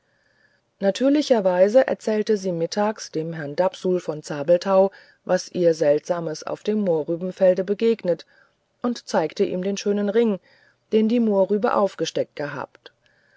natürlicherweise erzählte sie mittags dem herrn dapsul von zabelthau was ihr seltsames auf dem mohrrübenfelde begegnet und zeigte ihm den schönen ring den die mohrrübe aufgesteckt gehabt